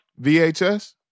VHS